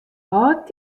hâld